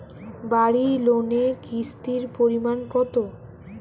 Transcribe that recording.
বাড়ি লোনে কিস্তির পরিমাণ কত?